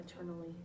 eternally